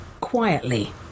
quietly